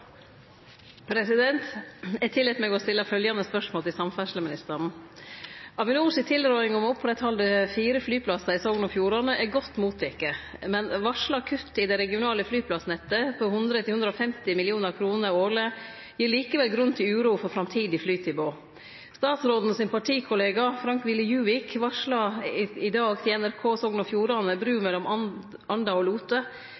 tilbake. Eg tillèt meg å stille følgjande spørsmål til samferdsleministeren: «Avinor si tilråding om å oppretthalde fire flyplassar i Sogn og Fjordane er godt motteken. Men varsla kutt i det regionale flyplassnettet på 100–150 mill. kr årleg gir likevel grunn til uro for framtidig flytilbod. Statsråden sin partikollega, Frank Willy Djuvik, varsla 21. mai i år til NRK Sogn og Fjordane bru mellom Anda og Lote